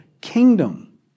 kingdom